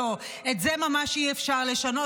את זה ממש אי-אפשר לשנות,